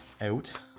out